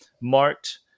marked